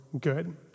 Good